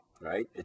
right